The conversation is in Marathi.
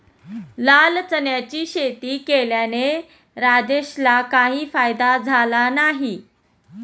लाल चण्याची शेती केल्याने राजेशला काही फायदा झाला नाही